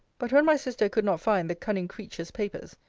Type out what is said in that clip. but when my sister could not find the cunning creature's papers,